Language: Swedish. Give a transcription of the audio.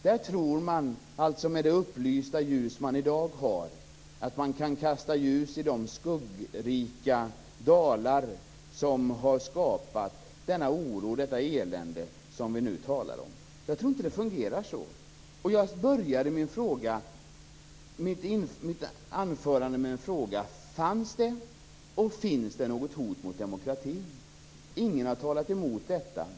Där tror man i dagens upplysta ljus att man kan kasta ljus i de skuggrika dalar som har skapat denna oro och detta elände som vi nu talar om. Jag tror inte att det fungerar så. Jag började mitt anförande med en fråga: Fanns det och finns det något hot mot demokratin? Ingen har talat emot detta.